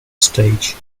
stage